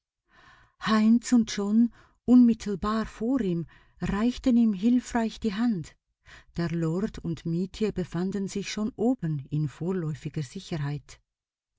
heinz und john unmittelbar vor ihm reichten ihm hilfreich die hand der lord und mietje befanden sich schon oben in vorläufiger sicherheit